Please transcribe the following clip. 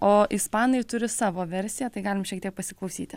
o ispanai turi savo versiją tai galim šiek tiek pasiklausyti